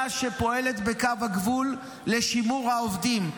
שפועלת בקו הגבול לשימור העובדים.